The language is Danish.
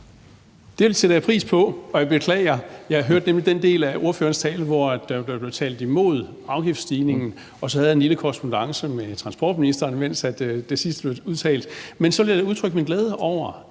Det sætter jeg pris på, og jeg beklager. Jeg hørte nemlig kun den del af ordførerens tale, hvor der blev talt imod afgiftsstigningen, og så havde jeg en lille korrespondance med transportministeren, mens det sidste blev udtalt. Men så vil jeg da udtrykke min glæde over,